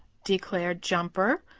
declared jumper.